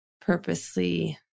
purposely